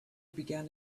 began